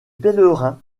pèlerins